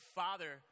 father